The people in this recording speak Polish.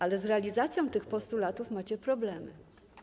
Ale z realizacją tych postulatów macie problemy.